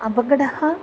अपगतः